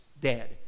dead